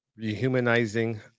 rehumanizing